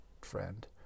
friend